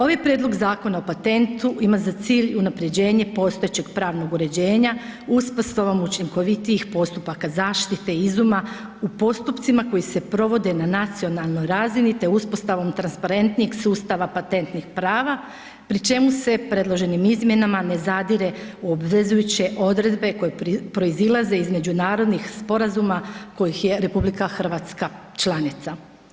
Ovaj Prijedlog Zakona o patentu ima za cilj unapređenje postojećeg pravnog uređenja uspostavom učinkovitijih postupaka zaštite izuma u postupcima koji se provode na nacionalnoj razini te uspostavom transparentnijeg sustava patentnih prava pri čemu se predloženim izmjenama ne zadire u obvezujuće odredbe koje proizilaze iz međunarodnih sporazuma kojih je RH članica.